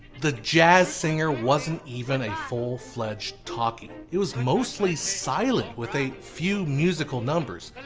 the jazz singer wasn't even a full fledged talkie it was mostly silent with a few musical numbers.